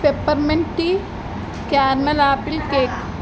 peppermint tea caramel apple cake